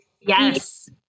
Yes